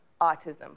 autism